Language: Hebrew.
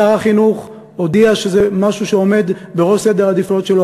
שר החינוך הודיע שזה משהו שעומד בראש סדר העדיפויות שלו,